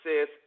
says